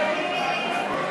ההסתייגויות